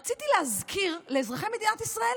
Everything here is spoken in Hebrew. רציתי להזכיר לאזרחי מדינת ישראל